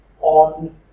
on